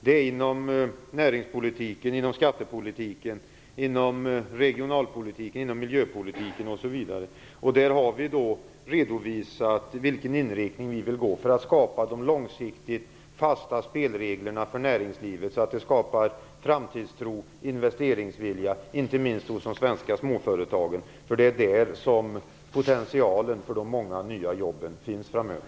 Det är inom näringspolitiken, skattepolitiken, regionalpolitiken, miljöpolitiken osv. Där har vi redovisat vilken inriktning vi vill ha för att skapa långsiktigt fasta spelreglerna för näringslivet så att det skapar framtidstro och investeringsvilja, inte minst hos de svenska småföretagen. Det är där potentialen för de många nya jobben finns framöver.